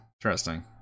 interesting